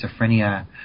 schizophrenia